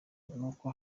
nuko